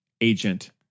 agent